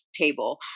table